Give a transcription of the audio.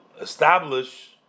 establish